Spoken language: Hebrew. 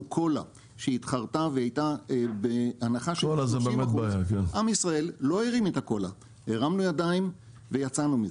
קולה שהתחרתה והייתה בהנחה של 30% עם ישראל לא הרים את הקולה ויצאנו מזה.